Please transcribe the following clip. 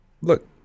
look